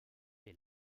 est